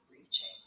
reaching